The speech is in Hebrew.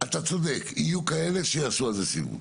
אתה צודק, יהיו כאלה שיעשו על זה סיבוב.